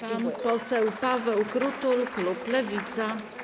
Pan poseł Paweł Krutul, Klub Lewica.